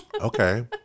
okay